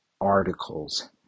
articles